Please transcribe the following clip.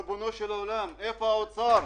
ריבונו של עולם, איפה משרד האוצר?